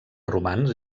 romans